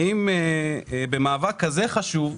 האם במאבק כזה חשוב,